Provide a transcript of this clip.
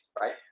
right